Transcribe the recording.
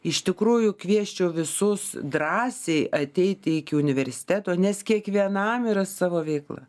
iš tikrųjų kviesčiau visus drąsiai ateiti iki universiteto nes kiekvienam yra savo veikla